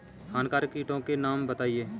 हानिकारक कीटों के नाम बताएँ?